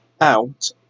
out